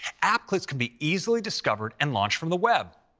app clips can be easily discovered and launched from the web.